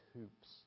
hoops